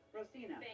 Rosina